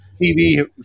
TV